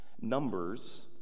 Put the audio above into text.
numbers